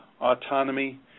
autonomy